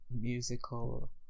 musical